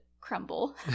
crumble